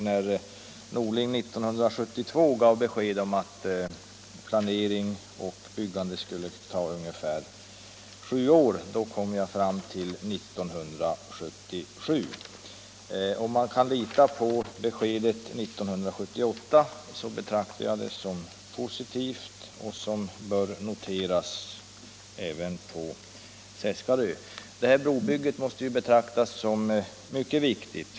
När herr Norling 1972 gav besked om att planering och byggande skulle ta ungefär fem år kom jag fram till att bron skulle vara färdig år 1977. Om man kan lita på beskedet att den blir färdig 1978 betraktar jag det som positivt. Det bör noteras även på Seskarö. Det här brobygget måste betraktas som mycket viktigt.